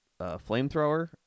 flamethrower